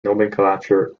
nomenclature